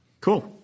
cool